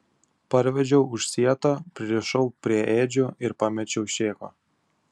parvedžiau už sieto pririšau prie ėdžių ir pamečiau šėko